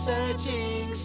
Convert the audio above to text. Searching